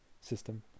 system